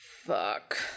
Fuck